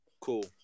cool